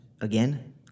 Again